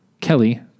Kelly